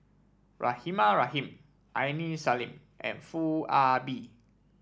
Rahimah Rahim Aini Salim and Foo Ah Bee